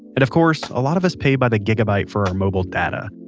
and of course, a lot of us pay by the gigabyte for our mobile data.